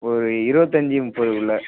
ஒரு இருபத்தஞ்சி முப்பதுக்குள்